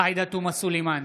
עאידה תומא סלימאן,